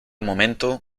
momento